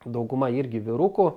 dauguma irgi vyrukų